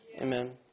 Amen